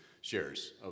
shares